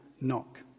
knock